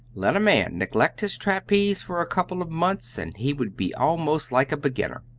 let a man neglect his trapeze for a couple of months, and he would be almost like a beginner.